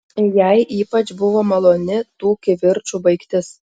jai ypač buvo maloni tų kivirčų baigtis